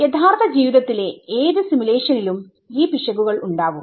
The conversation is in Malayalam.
യഥാർത്ഥ ജീവിതത്തിലെ ഏത് സിമുലേഷനിലും ഈ പിശകുകൾ ഉണ്ടാവും